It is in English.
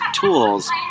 tools